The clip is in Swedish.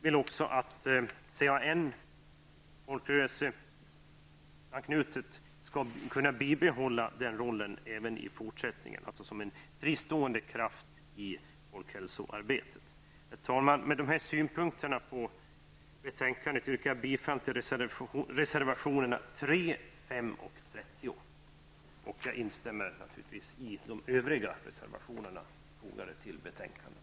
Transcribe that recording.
Vi menar att CAN skall kunna behålla sin roll som en fristående kraft inom folkhälsoarbetet även i fortsättningen. Herr talman! Med dessa synpunkter på betänkandet yrkar jag bifall till reservartionerna 3, 5 och 30. Jag instämmer naturligtvis i vad som framförts i de övriga reservationer som är fogade till betänkandet.